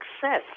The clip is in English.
success